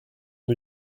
une